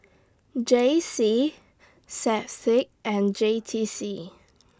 J C and J T C